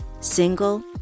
single